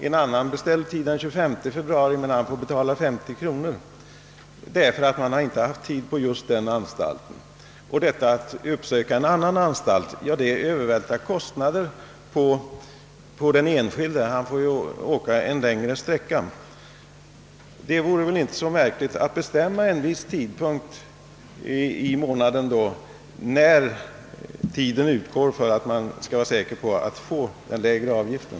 En annan beställer tid den 25 februari på en annan station, men han får betala 50 kronor därför att man just där varit överhopad med arbete. Att uppsöka en annan station medför extra kostnader för den enskilde, eftersom han får åka en längre sträcka. Det vore väl inte så svårt att bestämma en viss tidpunkt i månaden då anmälningstiden skall utgå, för att vederbörande skall kunna vara säker på att få bilen besiktigad mot den lägre avgiften.